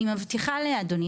אני מבטיחה לאדוני,